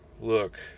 look